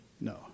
No